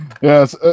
Yes